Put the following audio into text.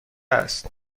است